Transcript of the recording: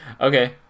Okay